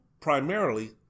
primarily